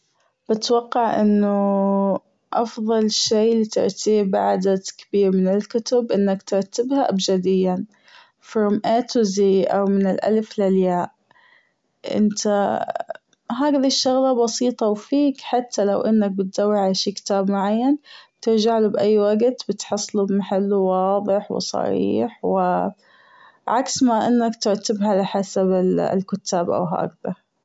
بتوقع أنه أفضل شي لترتيب عدد كبير من الكتب أنك ترتبها أبجديا from A to Z أو من الألف للياء أنت هذي الشغلة بسيطة وفيك حتى لو أنك بتدور على شي كتاب معين بترجعله بأي وقت بتحصله بمحله واضح وصريح و عكس ما أنك ترتبها على حسب الكُتاب او هكذا.